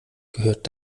gehört